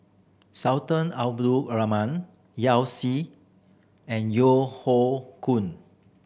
Sultan Abdul Rahman Yao Zi and Yeo Hoe Koon